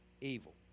evil